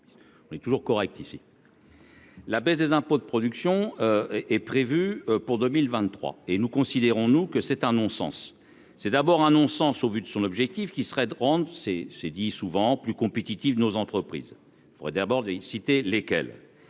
on est toujours correct ici. La baisse des impôts de production est prévue pour 2023 et nous considérons nous, que c'est un non-sens, c'est d'abord un non-sens, au vu de son objectif qui serait drôle c'est c'est dit souvent plus compétitives, nos entreprises, faut d'abord des cités, lesquels